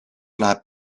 läheb